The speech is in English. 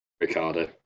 Ricardo